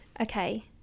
okay